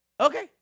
Okay